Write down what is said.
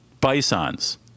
Bisons